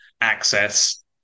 access